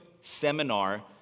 seminar